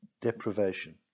deprivation